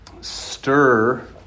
Stir